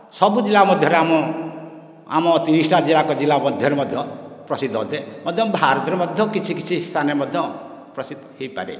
ସବୁ ଜିଲ୍ଲା ମଧ୍ୟରେ ଆମ ଆମ ତିରିଶଟା ଯାକ ଜିଲ୍ଲା ମଧ୍ୟରେ ମଧ୍ୟ ପ୍ରସିଦ୍ଧ ଅଟେ ଭାରତରେ ମଧ୍ୟ କିଛି କିଛି ସ୍ଥାନରେ ମଧ୍ୟ ପ୍ରସିଦ୍ଧ ହୋଇପାରେ